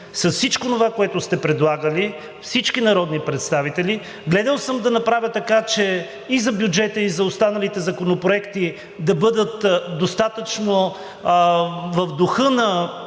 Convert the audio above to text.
с всичко онова, което сте предлагали всички народни представители, гледал съм да направя така, че и за бюджета, и за останалите законопроекти да бъдат достатъчно в духа на